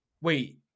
Wait